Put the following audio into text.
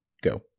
go